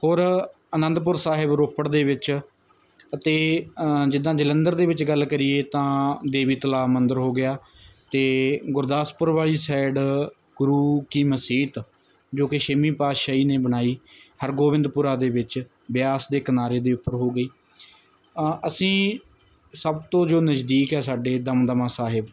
ਹੋਰ ਅਨੰਦਪੁਰ ਸਾਹਿਬ ਰੋਪੜ ਦੇ ਵਿੱਚ ਅਤੇ ਜਿੱਦਾਂ ਜਲੰਧਰ ਦੇ ਵਿੱਚ ਗੱਲ ਕਰੀਏ ਤਾਂ ਦੇਵੀ ਤਲਾਬ ਮੰਦਰ ਹੋ ਗਿਆ ਅਤੇ ਗੁਰਦਾਸਪੁਰ ਵਾਲੀ ਸਾਈਡ ਗੁਰੂ ਕੀ ਮਸੀਤ ਜੋ ਕਿ ਛੇਵੀਂ ਪਾਤਸ਼ਾਹੀ ਨੇ ਬਣਾਈ ਹਰਗੋਬਿੰਦਪੁਰਾ ਦੇ ਵਿੱਚ ਬਿਆਸ ਦੇ ਕਿਨਾਰੇ ਦੇ ਉੱਪਰ ਹੋ ਗਈ ਅ ਅਸੀਂ ਸਭ ਤੋਂ ਜੋ ਨਜ਼ਦੀਕ ਹੈ ਸਾਡੇ ਦਮਦਮਾ ਸਾਹਿਬ